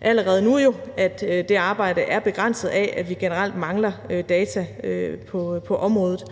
allerede nu er det arbejde begrænset af, at vi generelt mangler data på området,